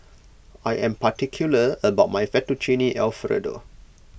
I am particular about my Fettuccine Alfredo